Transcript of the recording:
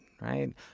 right